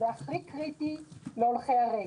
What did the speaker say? זה הכי קריטי להולכי הרגל.